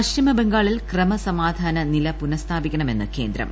പശ്ചിമ ബംഗാളിൽ ക്രമസമാധന നില പുനസ്ഥാപിക്കണമെന്ന് കേന്ദ്രം